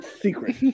Secret